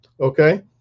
okay